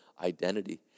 identity